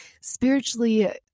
spiritually